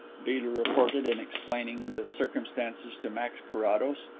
beedel reported, in explaining the circumstances to max carrados.